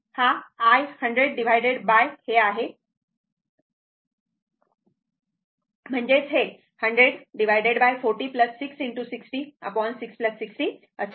हा i 100 divided by हे आहे म्हणजेच हे 100 40 6 ✕ 60 6 60 असे आहे